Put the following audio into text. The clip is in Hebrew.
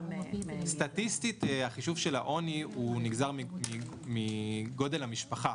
סטטיסטית החישוב של העוני נגזר מגודל המשפחה.